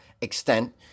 extent